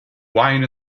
wine